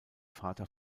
vater